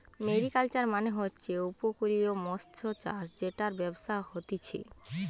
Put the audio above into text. mariculture মানে হচ্ছে উপকূলীয় মৎস্যচাষ জেটার ব্যবসা হতিছে